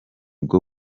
bw’u